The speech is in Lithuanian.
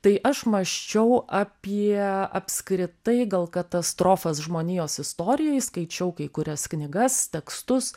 tai aš mąsčiau apie apskritai gal katastrofas žmonijos istorijoj skaičiau kai kurias knygas tekstus